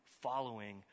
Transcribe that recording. following